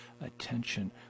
attention